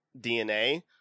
DNA